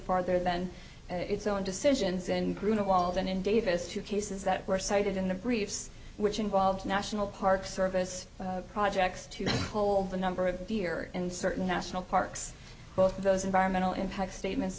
farther than its own decisions and greenwald and in davis two cases that were cited in the briefs which involves national park service projects to hold the number of deer in certain national parks both of those environmental impact statements